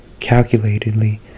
calculatedly